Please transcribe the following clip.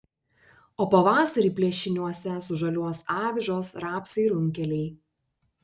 o pavasarį plėšiniuose sužaliuos avižos rapsai runkeliai